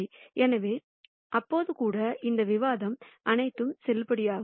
எனவே அப்போதும் கூட இந்த விவாதம் அனைத்தும் செல்லுபடியாகும்